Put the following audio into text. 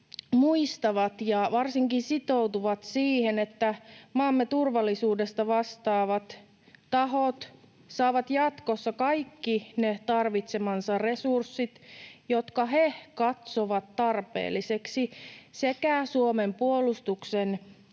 muistavat ja varsinkin sitoutuvat siihen, että maamme turvallisuudesta vastaavat tahot saavat jatkossa kaikki ne tarvitsemansa resurssit, jotka he katsovat tarpeellisiksi sekä Suomen puolustuksen